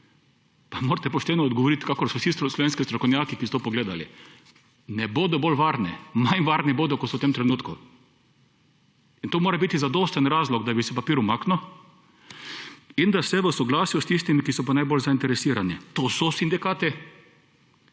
Pa morate pošteno odgovorit kakor so vsi slovenski strokovnjaki, ki so to pogledali. Ne bodo bolj varni, manj varni bodo kot so v tem trenutku in to mora biti zadosten razlog, da bi se papir umaknil, in da se v soglasju s tistimi, ki so pa najbolj zainteresirani, to so sindikati,